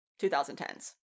2010s